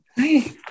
Hi